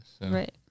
Right